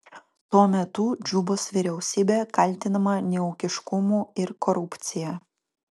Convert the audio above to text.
tuo metu džubos vyriausybė kaltinama neūkiškumu ir korupcija